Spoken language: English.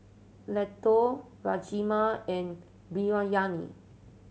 Ladoo Rajma and Biryani